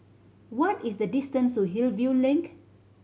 what is the distance to Hillview Link